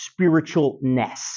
spiritualness